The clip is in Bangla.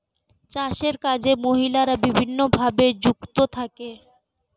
চাষের কাজে মহিলারা বিভিন্নভাবে যুক্ত থাকে